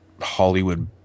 Hollywood